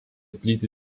plyti